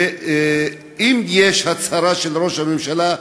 ואם יש הצהרה של ראש הממשלה,